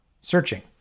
searching